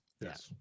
Yes